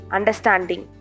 Understanding